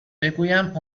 بگویم